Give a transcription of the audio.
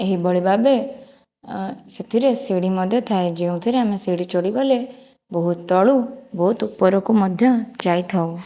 ଏହି ଭଳି ଭାବେ ସେଥିରେ ଶିଢ଼ି ମଧ୍ୟ ଥାଏ ଯେଉଁଥିରେ ଆମେ ଶିଢ଼ି ଚଢ଼ିଗଲେ ବହୁତ ତଳୁ ବହୁତ ଉପରକୁ ମଧ୍ୟ ଯାଇଥାଉ